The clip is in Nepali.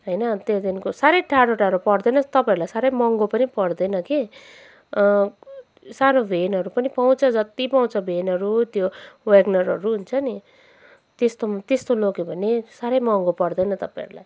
होइन त्यहाँदेखिको साह्रै टाडो टाडो पर्दैन तपाईँहरूलाई साह्रै महँगो पनि पर्दैन कि सानो भ्यानहरू पनि पाउँछ जत्ति पाउँछ भ्यानहरू त्यो व्यागनरहरू हुन्छ नि त्यस्तो त्यस्तो लग्यो भने साह्रै महँगो पर्दैन तपाईँहरूलाई